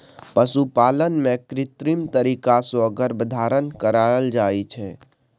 पशुपालन मे कृत्रिम तरीका सँ गर्भाधान कराएल जाइ छै